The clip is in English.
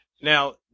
Now